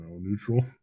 neutral